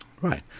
Right